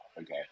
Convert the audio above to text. Okay